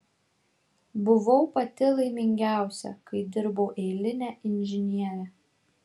buvau pati laimingiausia kai dirbau eiline inžiniere